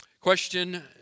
Question